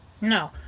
No